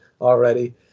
already